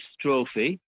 trophy